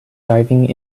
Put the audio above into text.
diving